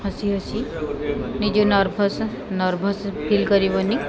ହସି ହସି ନିଜେ ନର୍ଭସ ନର୍ଭସ ଫିଲ୍ କରିବନି